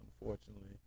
unfortunately